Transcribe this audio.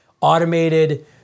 automated